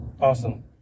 Awesome